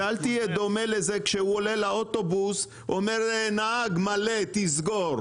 ואל תהיה דומה לזה כשהוא עולה לאוטובוס אומר נהג מלא תסגור.